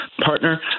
partner